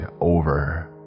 Over